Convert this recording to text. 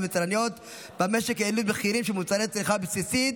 ויצרניות במשק העלו מחירים של מוצרי צריכה בסיסיים.